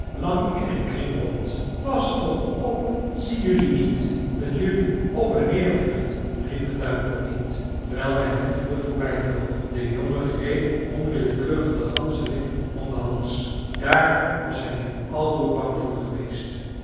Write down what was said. lang in een kring rond pas toch op zie jelui niet dat jelui op en neer vliegt riep een duikeleend terwijl hij hen vlug voorbij vloog de jongen greep onwillekeurig den ganzerik om den hals daar was hij nu aldoor bang voor geweest